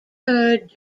heard